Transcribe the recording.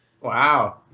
Wow